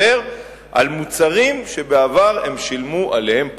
על מוצרים שבעבר הם שילמו עליהם פחות.